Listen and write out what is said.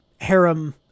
harem